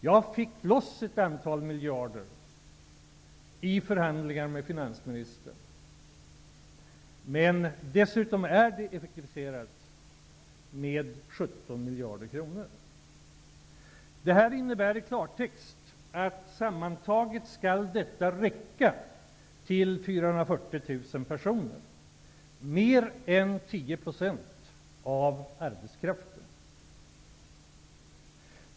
Jag fick loss ett antal miljarder i förhandlingar med finansministern, men dessutom har det gjorts effektiviseringar för 17 miljarder kronor. Detta innebär i klartext att sammantaget skall det räcka till 440 000 personer, mer än 10 % av arbetskraften.